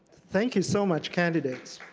thank you so much, candidates.